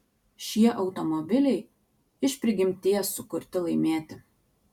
šie automobiliai iš prigimties sukurti laimėti